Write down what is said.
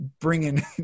bringing